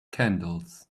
candles